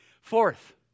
Fourth